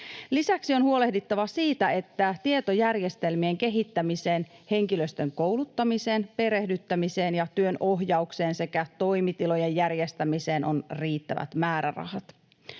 Lisäksi on huolehdittava siitä, että tietojärjestelmien kehittämiseen, henkilöstön kouluttamiseen, perehdyttämiseen ja työnohjaukseen sekä toimitilojen järjestämiseen on riittävät määrärahat.